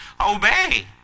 obey